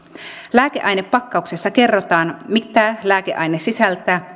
lääkeainepakkauksessa kerrotaan mitä lääkeaine sisältää